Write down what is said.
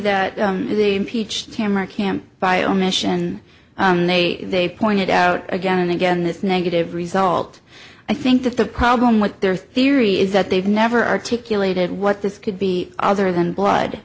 that the peach tamar camp by omission they pointed out again and again this negative result i think that the problem with their theory is that they've never articulated what this could be other than blood